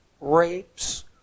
rapes